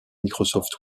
microsoft